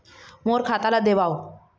मोर खाता ला देवाव?